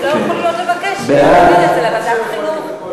אז לא יכולים לבקש להעביר את זה לוועדת החינוך.